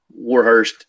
Warhurst